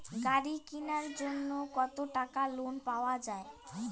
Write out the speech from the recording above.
গাড়ি কিনার জন্যে কতো টাকা লোন পাওয়া য়ায়?